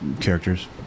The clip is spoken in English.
characters